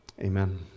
Amen